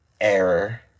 Error